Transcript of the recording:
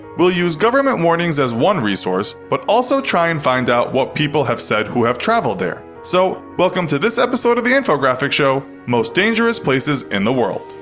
we'll use government warnings as one resource, but also try and find out what people have said who have travelled there. so, welcome to this episode of the infographics show, most dangerous places in the world.